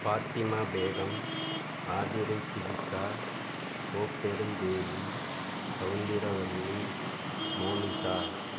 Fathima Begum Aathirai Sivikka Kopperundevi Soundaravalli Monisha